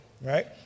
right